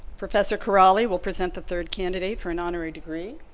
professor kiraly will present the third candidate for an honorary degree.